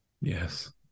Yes